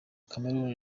chameleone